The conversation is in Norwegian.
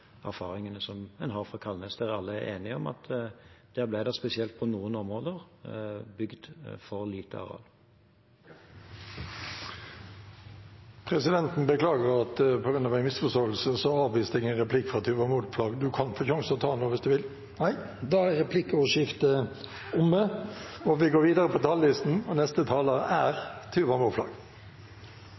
erfaringene som en har fra Kalnes, der alle er enige om at det spesielt på noen områder ble bygd for lite areal. Presidenten beklager at jeg på grunn av en misforståelse avviste en replikk fra representanten Tuva Moflag. Hun kan få en sjanse til å ta den nå hvis hun vil. Det ønsker ikke representanten, og replikkordskiftet er med det omme.